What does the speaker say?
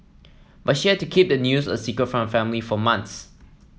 but she had to keep the news a secret from her family for months